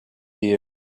here